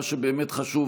מה שבאמת חשוב,